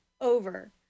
over